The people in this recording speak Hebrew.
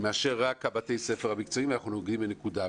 מאשר רק בתי הספר המקצועיים ואנחנו נוגעים בנקודה,